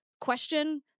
question